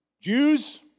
Jews